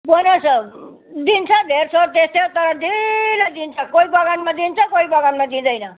bonus दिन्छ धेरथोर त्यस्तै हो तर ढिलो दिन्छ कोई बगानमा दिन्छ कोई बगानमा दिँदैन